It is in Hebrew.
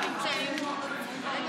בעד,